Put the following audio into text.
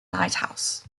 lighthouse